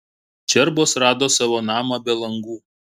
čerbos rado savo namą be langų